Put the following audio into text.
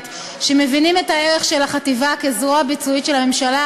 שמבינים את הערך של החטיבה כזרוע ביצועית של הממשלה,